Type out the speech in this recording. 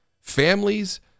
families